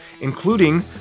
including